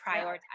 prioritize